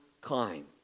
climb